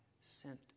sent